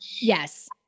Yes